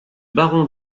baron